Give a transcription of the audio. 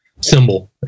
symbol